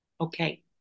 Okay